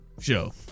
show